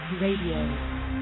Radio